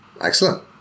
excellent